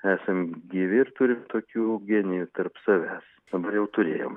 esam gyvi ir turim tokių genijų tarp savęs dabar jau turėjom